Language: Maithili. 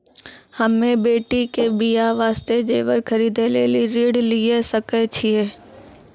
हम्मे बेटी के बियाह वास्ते जेबर खरीदे लेली ऋण लिये सकय छियै?